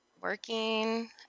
working